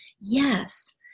Yes